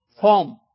form